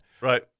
Right